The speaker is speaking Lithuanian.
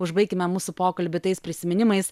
užbaikime mūsų pokalbį tais prisiminimais